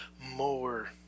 more